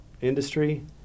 industry